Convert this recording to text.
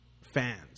Fans